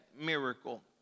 miracle